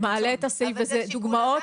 התראה.